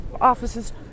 offices